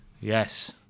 Yes